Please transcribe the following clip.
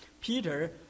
Peter